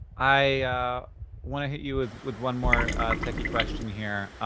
i want to hit you with with one more techie question here.